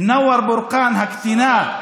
אנואר בורקאן הקטינה,